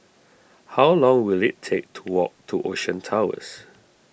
how long will it take to walk to Ocean Towers